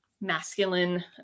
masculine